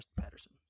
Patterson